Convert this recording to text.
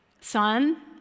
son